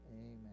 amen